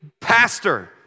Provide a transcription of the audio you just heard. Pastor